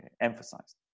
emphasized